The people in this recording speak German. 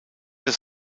das